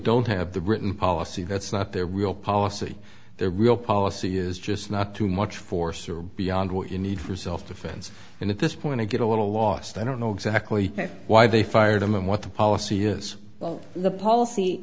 don't have the written policy that's not their real policy their real policy is just not too much force or beyond what you need for self defense and at this point to get a little lost i don't know exactly why they fired them and what the policy is the policy